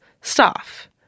staff